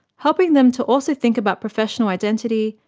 helping them to also think about professional identity,